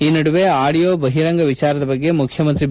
ಈ ನಡುವೆ ಆಡಿಯೋ ಬಹಿರಂಗ ವಿಚಾರದ ಬಗ್ಗೆ ಮುಖ್ಯಮಂತ್ರಿ ಬಿ